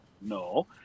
No